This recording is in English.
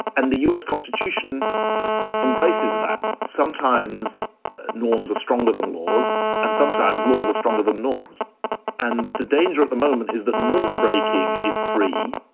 and the us constitution embraces and that. sometimes ah norms are stronger than laws and sometimes laws are stronger. the norms and the danger at the moment is that norm breaking is free,